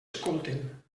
escolten